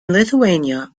lithuania